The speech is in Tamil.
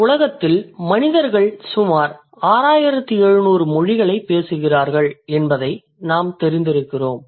இந்த உலகத்தில் மனிதர்கள் சுமார் 6700 மொழிகள் பேசுகிறார்கள் என்பதை நாம் தெரிந்திருக்கிறோம்